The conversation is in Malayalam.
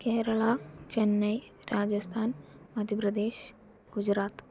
കേരള ചെന്നൈ രാജസ്ഥാൻ മധ്യപ്രദേശ് ഗുജറാത്ത്